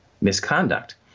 misconduct